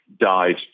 died